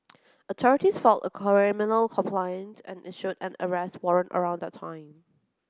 authorities filed a criminal complaint and issued an arrest warrant around that time